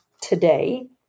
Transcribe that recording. today